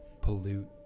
pollute